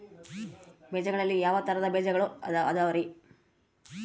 ಬೇಜಗಳಲ್ಲಿ ಯಾವ ತರಹದ ಬೇಜಗಳು ಅದವರಿ?